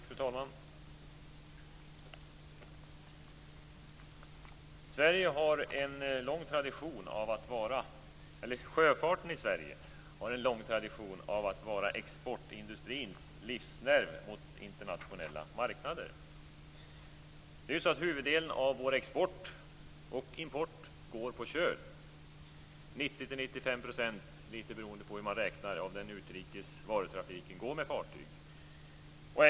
Fru talman! Sjöfarten i Sverige har en lång tradition som exportindustrins livsnerv på internationella marknader. Huvuddelen av vår export och import går på köl. 90-95 %- lite beroende på hur man räknar - av den utrikes varutrafiken består av fartygstransporter.